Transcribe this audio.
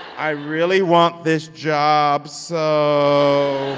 i really want this job, so.